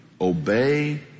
Obey